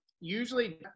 Usually